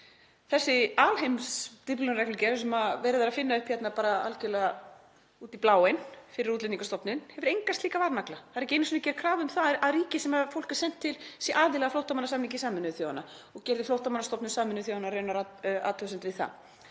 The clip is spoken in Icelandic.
Þessi alheims-Dyflinnarreglugerð, sem verið er að finna upp hérna bara algerlega út í bláinn fyrir Útlendingastofnun, hefur enga slíka varnagla. Það er ekki einu sinni gerð krafa um að ríki sem fólk er sent til sé aðili flóttamannasamningi Sameinuðu þjóðanna og gerði Flóttamannastofnun Sameinuðu þjóðanna raunar athugasemd við það.